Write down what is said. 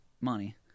money